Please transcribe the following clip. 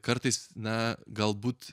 kartais na galbūt